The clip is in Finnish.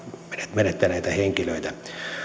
menettäneitä henkilöitä